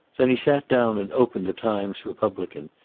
then he sat down and opened the times-republican,